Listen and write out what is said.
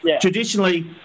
traditionally